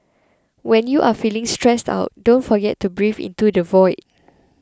when you are feeling stressed out don't forget to breathe into the void